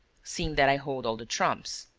seeing that i hold all the trumps.